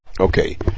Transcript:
Okay